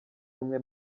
rumwe